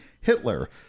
Hitler